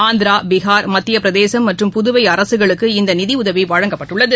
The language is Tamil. ஆந்திரா பீகார் மத்திய பிரதேஷ் மற்றும் புதுவை அரசுகளுக்கு இந்த நிதி உதவி வழங்கப்பட்டுள்ளது